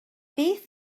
beth